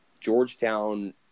Georgetown